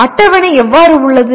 அட்டவணை எவ்வாறு உள்ளது